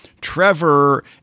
Trevor –